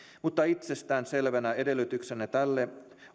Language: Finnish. mutta itsestään selvänä edellytyksenä tälle